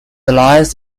lies